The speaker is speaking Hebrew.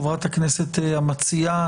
חברת הכנסת המציעה.